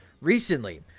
recently